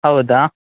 ಹೌದಾ